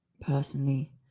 personally